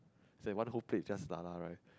is like one whole plate it's just lala right